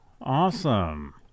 Awesome